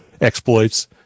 exploits